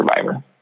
survivor